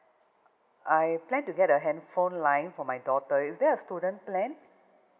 I plan to get a handphone line for my daughter is there a student plan